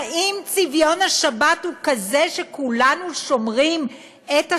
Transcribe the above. האם צביון השבת הוא כזה שכולנו שומרים את השבת?